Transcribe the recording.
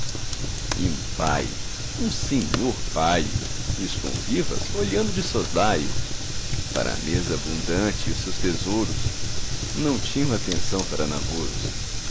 e um paio um senhor paio e os convivas olhando de soslaio para a mesa abundante e os seus tesouros não tinham atenção para namoros